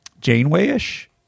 Janeway-ish